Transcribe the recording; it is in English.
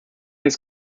his